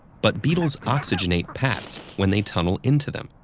but beetles oxygenate pats when they tunnel into them,